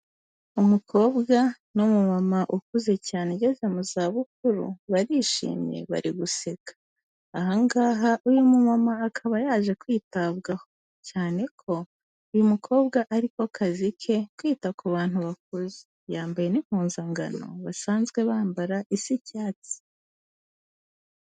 Umukobwa n'umu mama ukuze cyane ugeze mu zabukuru, barishimye bari guseka. Aha ngaha uyu mu mama akaba yaje kwitabwaho; cyane ko uyu mukobwa ari ko kazi ke kwita ku bantu bakuze. Yambaye n'impuzangano basanzwe bambara isa icyatsi.